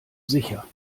sicher